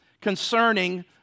concerning